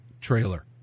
trailer